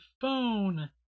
phone